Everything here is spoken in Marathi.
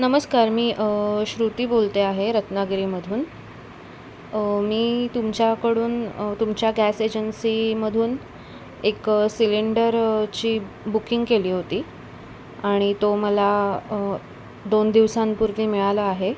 नमस्कार मी श्रुती बोलते आहे रत्नागिरीमधून मी तुमच्याकडून तुमच्या गॅस एजन्सीमधून एक सिलेंडरची बुकिंग केली होती आणि तो मला दोन दिवसांपूर्वी मिळाला आहे